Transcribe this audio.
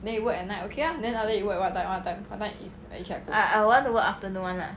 then you work at night okay lah then after that you work at what time what time what time you eat like you cab home